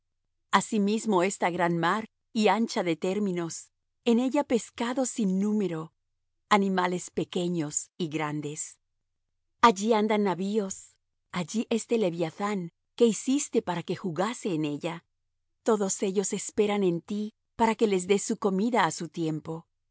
asimismo esta gran mar y ancha de términos en ella pescados sin número animales pequeños y grandes allí andan navíos allí este leviathán que hiciste para que jugase en ella todos ellos esperan en ti para que les des su comida á su tiempo